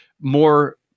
more